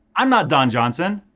i'm not don johnson.